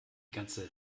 ganze